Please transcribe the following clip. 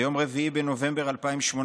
ביום 4 בנובמבר 2018,